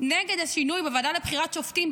נגד השינוי בוועדה לבחירת שופטים,